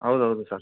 ಹೌದೌದು ಸರ್